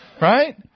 Right